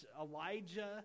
elijah